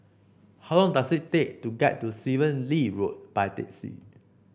how long does it take to get to Stephen Lee Road by taxi